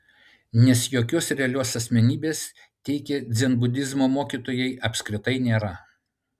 nes jokios realios asmenybės teigia dzenbudizmo mokytojai apskritai nėra